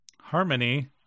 harmony